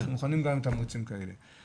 אנחנו מוכנים גם עם תמריצים כאלה.